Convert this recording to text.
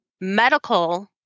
medical